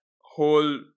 whole